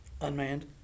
unmanned